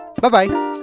Bye-bye